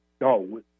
No